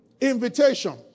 invitation